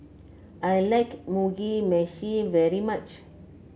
I like Mugi Meshi very much